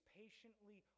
patiently